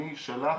אני שלך,